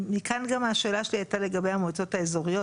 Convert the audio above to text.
מכאן גם הייתה השאלה שלי לגבי המועצות האזוריות,